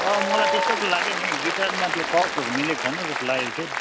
अँ मलाई त्यस्तो त लाग्यो नि गिटारमा त्यो कर्ड्सहरू मिलेको छैन जस्तो लागेको थियो